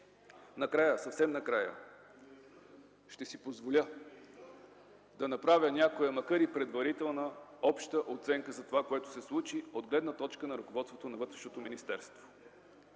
седмица. Съвсем накрая ще си позволя да направя, макар и предварителна, обща оценка за това, което се случи от гледна точка на ръководството на Вътрешното министерство,